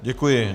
Děkuji.